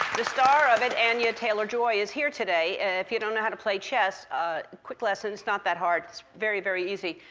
the star of it, anya taylor-joy is here today. if you don't know how to play chess, a quick lesson, it's not that hard. it's very, very easy.